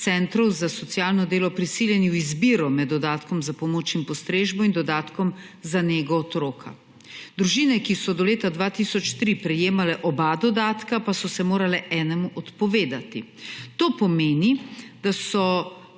centrov za socialno delo prisiljeni v izbiro med dodatkom za pomoč in postrežbo in dodatkom za nego otroka, družine, ki so do leta 2003 prejemale oba dodatka, pa so se morale enemu odpovedati. To pomeni, da so